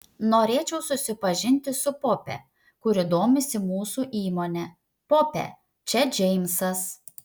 norėčiau supažindinti su pope kuri domisi mūsų įmone pope čia džeimsas